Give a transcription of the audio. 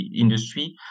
industry